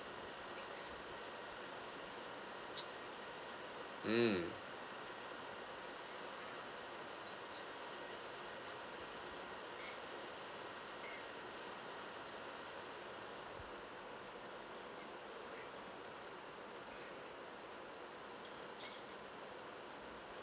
mm